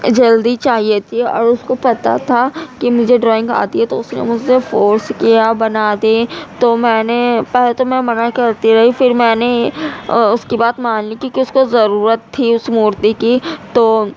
جلدی چاہیے تھی اور اس کو پتا تھا کہ مجھے ڈرائنگ آتی ہے تو اس نے مجھ سے فورس کیا بنا دے تو میں نے پہلے تو میں منع کرتی رہی پھر میں نے اس کی بات مان لی کیونکہ اس کو ضرورت تھی اس مورتی کی تو